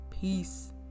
peace